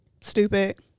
stupid